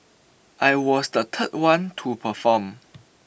I was the third one to perform